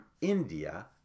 India